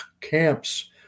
camps